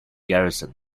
garrison